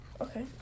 Okay